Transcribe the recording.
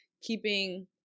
keeping